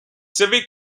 civic